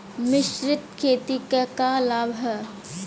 मिश्रित खेती क का लाभ ह?